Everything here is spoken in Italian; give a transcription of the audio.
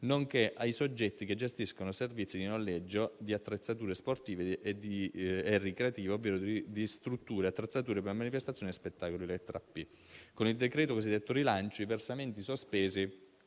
nonché ai soggetti che gestiscono servizi di noleggio di attrezzature sportive e ricreative ovvero di strutture e attrezzature per manifestazioni e spettacoli (lettera p). Con il decreto cosiddetto rilancio, i versamenti sospesi